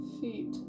feet